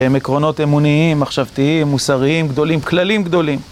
הם עקרונות אמוניים, מחשבתיים, מוסריים גדולים, כללים גדולים.